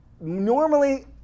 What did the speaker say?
Normally